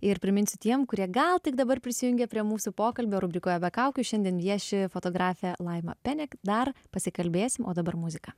ir priminsiu tiem kurie gal tik dabar prisijungė prie mūsų pokalbio rubrikoje be kaukių šiandien vieši fotografė laima penek dar pasikalbėsim o dabar muzika